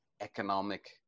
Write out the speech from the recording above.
economic